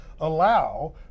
allow